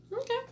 Okay